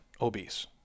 obese